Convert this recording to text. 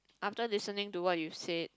after listening to what you said